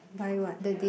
buy what